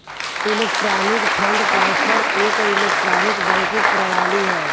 electronic fund transfer एक electronic banking प्रणाली हौ